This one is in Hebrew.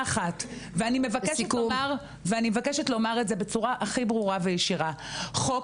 ואני מבקשת לומר את זה בצורה הכי ברורה וישירה: חוק